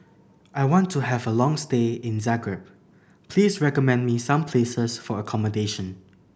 I want to have a long stay in Zagreb please recommend me some places for accommodation